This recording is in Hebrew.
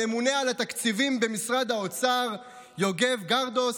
הממונה על התקציבים במשרד האוצר יוגב גרדוס,